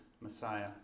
messiah